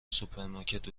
سوپرمارکت